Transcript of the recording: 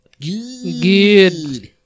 Good